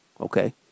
Okay